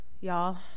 y'all